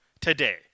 today